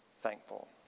thankful